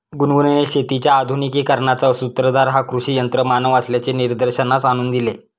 गुनगुनने शेतीच्या आधुनिकीकरणाचा सूत्रधार हा कृषी यंत्रमानव असल्याचे निदर्शनास आणून दिले